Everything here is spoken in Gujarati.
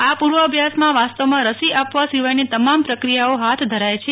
આ પુર્વાભ્યાસમાં વાસ્તવમાં રસી આપવા સિવાયની તમામ પ્રક્રિયાઓ હાથ ધરાય છે